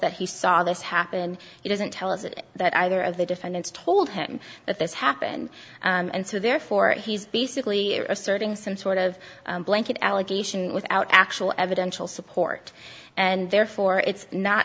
that he saw this happen it doesn't tell us that that either of the defendants told him that this happened and so therefore he's basically asserting some sort of blanket allegation without actual evidential support and therefore it's not